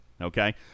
okay